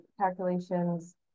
calculations